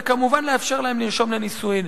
וכמובן, לאפשר להם לרשום לנישואים.